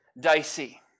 dicey